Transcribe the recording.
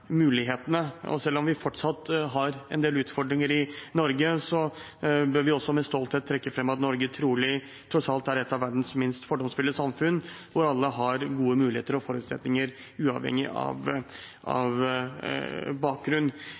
mulighetene. Selv om vi fortsatt har en del utfordringer i Norge, bør vi også med stolthet trekke fram at Norge tross alt er et av verdens minst fordomsfulle samfunn, hvor alle har gode muligheter og forutsetninger, uavhengig av bakgrunn.